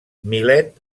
milet